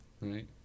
Right